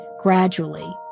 gradually